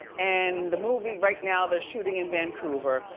and the movie, right now, they're shooting in vancouver.